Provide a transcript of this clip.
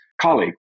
colleague